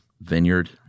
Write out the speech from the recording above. vineyard